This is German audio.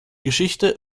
geschichte